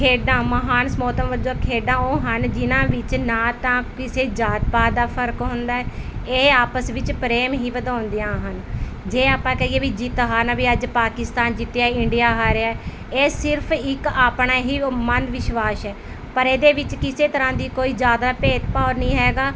ਖੇਡਾਂ ਮਹਾਨ ਸਮੋਤਮ ਵਜੋਂ ਖੇਡਾਂ ਉਹ ਹਨ ਜਿਨ੍ਹਾਂ ਵਿੱਚ ਨਾ ਤਾਂ ਕਿਸੇ ਜਾਤ ਪਾਤ ਦਾ ਫਰਕ ਹੁੰਦਾ ਹੈ ਇਹ ਆਪਸ ਵਿੱਚ ਪ੍ਰੇਮ ਹੀ ਵਧਾਉਂਦੀਆਂ ਹਨ ਜੇ ਆਪਾਂ ਕਹੀਏ ਵੀ ਜਿੱਤ ਹਾਰਨਾ ਵੀ ਅੱਜ ਪਾਕਿਸਤਾਨ ਜਿੱਤਿਆ ਇੰਡੀਆ ਹਾਰਿਆ ਹੈ ਇਹ ਸਿਰਫ ਇੱਕ ਆਪਣਾ ਹੀ ਮਨ ਵਿਸ਼ਵਾਸ ਹੈ ਪਰ ਇਹਦੇ ਵਿੱਚ ਕਿਸੇ ਤਰ੍ਹਾਂ ਦੀ ਕੋਈ ਜ਼ਿਆਦਾ ਭੇਦਭਾਵ ਨਹੀਂ ਹੈਗਾ